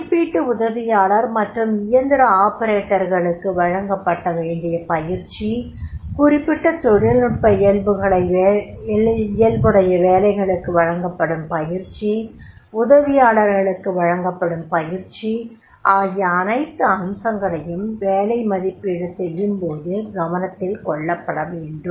மதிப்பீட்டு உதவியாளர் மற்றும் இயந்திர ஆபரேட்டர்களுக்கு வழங்கப்பட வேண்டிய பயிற்சி குறிப்பிட்ட தொழில்நுட்ப இயல்புடைய வேலைகளுக்கு வழங்கப்படும் பயிற்சி உதவியாளர்களுக்கு வழங்கப்படும் பயிற்சி ஆகிய அனைத்து அம்சங்களையும் வேலை மதிப்பீடு செய்யும்போது கவனத்தில் கொள்ளப்பட வேண்டும்